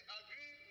agree